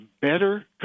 better